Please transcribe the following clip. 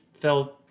felt